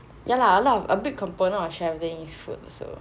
ya lah a lot a big component of travelling is food also